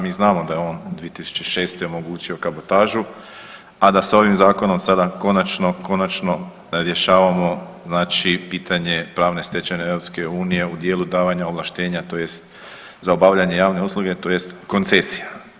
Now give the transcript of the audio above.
Mi znamo da je on 2006. omogućio kabotažu, a da s ovim zakonom sada konačno rješavamo pitanje pravne stečevine EU u dijelu davanja ovlaštenja tj. za obavljanje javne usluge tj. koncesija.